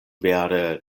vere